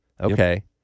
Okay